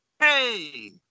Hey